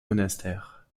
monastères